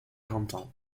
canton